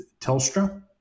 Telstra